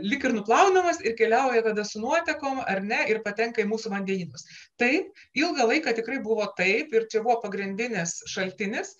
lyg ir nuplaunamas ir keliauja tada su nuotekom ar ne ir patenka į mūsų vandenynus tai ilgą laiką tikrai buvo taip ir čia buvo pagrindinis šaltinis